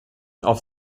off